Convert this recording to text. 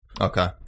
Okay